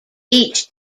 each